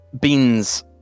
beans